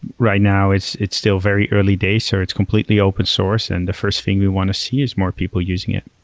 right now it's it's still very early days or it's completely open source and the first thing we want to see is more people using it.